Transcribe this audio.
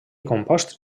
composts